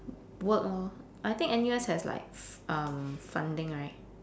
work lor I think N_U_S has like f~ um funding right